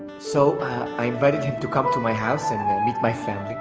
so i invited him to come to my house and meet my family.